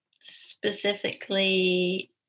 specifically